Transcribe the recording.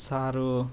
sir